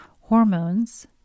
Hormones